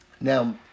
Now